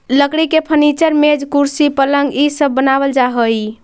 लकड़ी के फर्नीचर, मेज, कुर्सी, पलंग इ सब बनावल जा हई